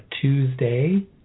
Tuesday